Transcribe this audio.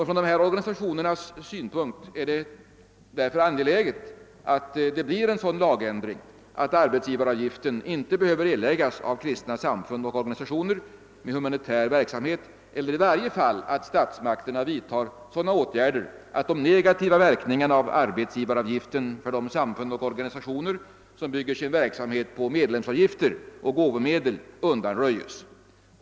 Från dessa organisationers synpunkt är det därför angeläget att det blir en sådan lagändring, att arbetsgivaravgiften inte behöver erläggas av kristna samfund och organisationer med humanitär verksamhet eller i varje fall att statsmakterna vidtar sådana åtgärder, att de negativa verkningarna av arbetsgivaravgiften för de samfund och organisationer som bygger sin verksamhet på medlemsavgifter och gåvomedel undanröjes.